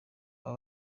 aba